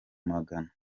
magana